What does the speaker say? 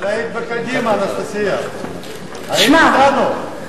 אבל היית בקדימה, אנסטסיה, היית אתנו.